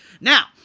Now